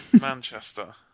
Manchester